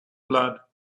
blood